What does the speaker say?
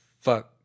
fuck